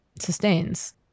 sustains